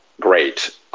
great